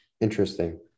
Interesting